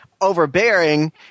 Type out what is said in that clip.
overbearing